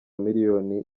miliyoni